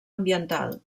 ambiental